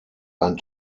ein